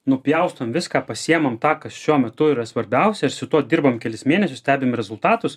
nupjaustom viską pasiimam tą kas šiuo metu yra svarbiausia ir su tuo dirbam kelis mėnesius stebim rezultatus